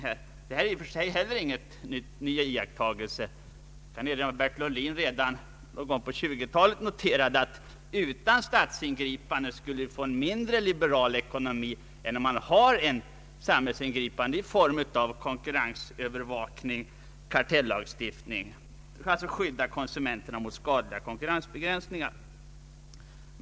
Jag kan erinra om att Bertil Ohlin redan någon gång på 1920-talet konstaterade att vi utan statsingripanden skulle få en mindre liberal ekonomi än med samhällsingripanden i form av konkurrensövervakning och kartellagstiftning för att skydda konsumenterna mot skadliga konkurrensbegränsningar.